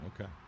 Okay